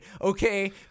okay